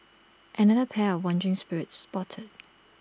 another pair of wandering spirits spotted